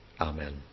Amen